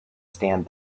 stand